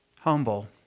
Humble